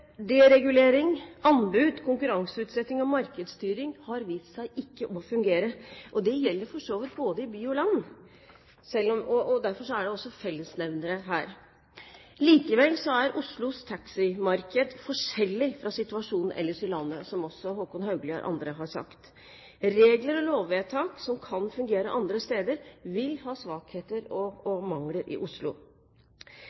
Deregulering, anbud, konkurranseutsetting og markedsstyring har vist seg ikke å fungere. Det gjelder for så vidt både i by og land, og derfor er det også fellesnevnere her. Likevel er Oslos taximarked forskjellig fra situasjonen ellers i landet, som også Håkon Haugli og andre har sagt. Regler og lovvedtak som kan fungerer andre steder, vil ha svakheter og